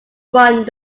front